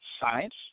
science